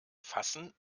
fassen